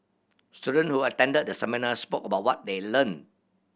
students who attended the seminar spoke about what they learned